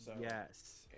Yes